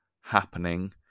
happening